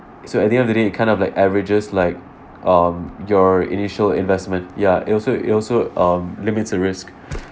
at the end of the day it kind of like averages like um your initial investment ya it also it also um limits a risk